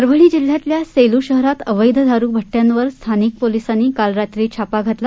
परभणी जिल्ह्यातल्या सेलू शहरात अवैध दारू भट्टयांवर स्थानिक पोलिसांनी काल रात्री धाड टाकली